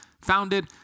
founded